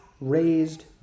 raised